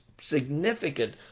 significant